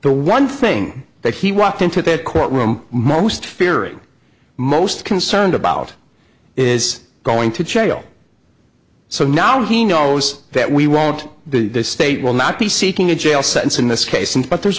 the one thing that he walked into that courtroom most fearing most concerned about is going to channel so now he knows that we won't the state will not be seeking a jail sentence in this case and but there's